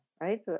right